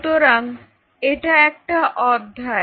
সুতরাং এটা একটা অধ্যায়